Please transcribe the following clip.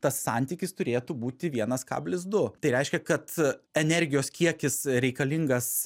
tas santykis turėtų būti vienas kablis du tai reiškia kad energijos kiekis reikalingas